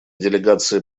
делегация